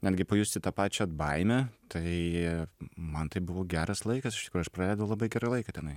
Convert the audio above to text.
netgi pajusti tą pačią baimę tai man tai buvo geras laikas iš tikrųjų aš praleidau labai gerą laiką tenai